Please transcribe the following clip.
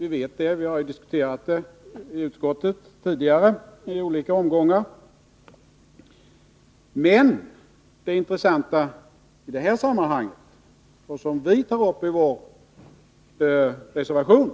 Vi vet att det är så, och vi har tidigare i olika omgångar diskuterat detta i utskottet. Men det intressanta i det här sammanhanget, vilket vi också tar upp i vår reservation,